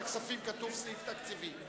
כתוב "סעיף תקציבי".